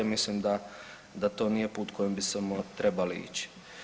Mislim da to nije put kojim bi trebali ići.